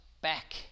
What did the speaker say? back